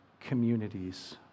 communities